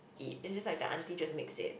eat it's just like the aunty just mix it